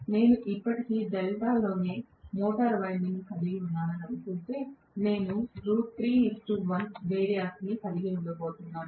నేను ఇప్పటికీ డెల్టాలోనే మోటారు వైండింగ్ను కలిగి ఉన్నానని అనుకుంటే కానీ నేను 1 వేరి యాక్ కలిగి ఉండబోతున్నాను